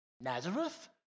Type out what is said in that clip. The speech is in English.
Nazareth